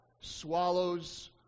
swallows